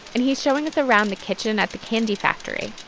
and he's showing us around the kitchen at the candy factory.